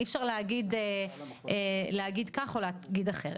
אי אפשר להגיד כך או להגיד אחרת.